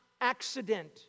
accident